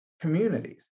communities